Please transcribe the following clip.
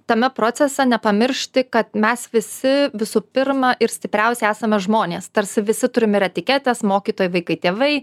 tame procese nepamiršti kad mes visi visų pirma ir stipriausi esame žmonės tarsi visi turime ir etiketes mokytojai vaikai tėvai